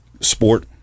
sport